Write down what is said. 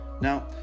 Now